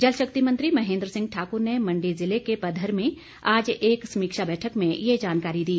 जल शक्ति मंत्री महेन्द्र सिंह ठाक्र ने मंडी ज़िले के पधर में आज एक समीक्षा बैठक में ये जानकारी दी